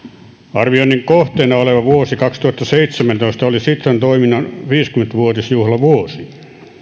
arvioinnin kohteena oleva vuosi kaksituhattaseitsemäntoista oli sitran toiminnan viisikymmentä vuotisjuhlavuosi